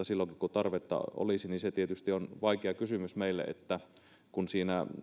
silloin kun tarvetta olisi tietysti on vaikea kysymys meille koska siinä